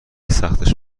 سختش